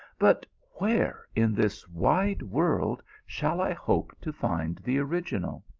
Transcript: but where in this wide world shall i hope to find the original?